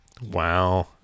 Wow